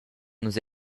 nus